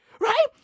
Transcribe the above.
Right